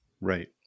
Right